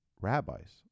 rabbis